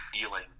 feeling